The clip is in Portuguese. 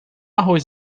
arroz